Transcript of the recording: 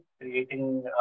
creating